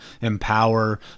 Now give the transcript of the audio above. empower